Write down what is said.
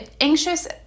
anxious